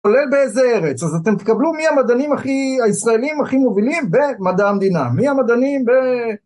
כולל באיזה ארץ אז אתם תקבלו מי המדענים הישראלים הכי מובילים במדע המדינה מי המדענים ב...